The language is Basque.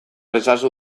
ezazu